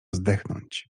zdechnąć